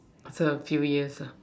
also you're furious ah